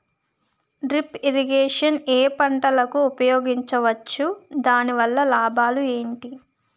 Drip irrigation ఏ పంటలకు ఉపయోగించవచ్చు? దాని వల్ల లాభాలు ఏంటి?